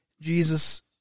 Jesus